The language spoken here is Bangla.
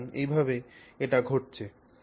সুতরাং এভাবেই এটি ঘটছে